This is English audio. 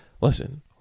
Listen